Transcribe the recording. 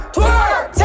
Twerk